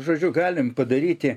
žodžiu galim padaryti